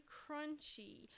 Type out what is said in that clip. crunchy